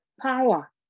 power